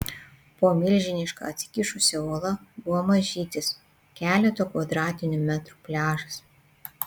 po milžiniška atsikišusia uola buvo mažytis keleto kvadratinių metrų pliažas